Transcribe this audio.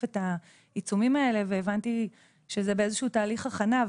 את העיצומים האלה והבנתי שזה באיזה שהוא תהליך הכנה,